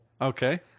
Okay